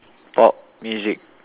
pop music